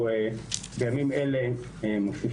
אבל אנחנו בימים אלה מוסיפים